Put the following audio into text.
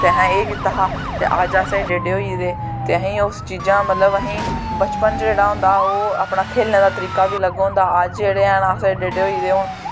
ते असें एह् कीता हा ते अज्ज अस एड्डे एड्डे होई गेदे ते उस चीजां मतलब असें बचपन च जेह्ड़ा होंदा ओह् अपना खेढने दा तरीका बी अलग होंदा अज्ज जेह्ड़े हैन अस एड्डे एड्ड होई गेदे